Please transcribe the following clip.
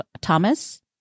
thomas